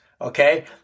okay